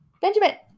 Benjamin